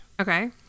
Okay